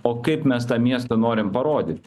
o kaip mes tą miestą norim parodyt